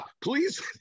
Please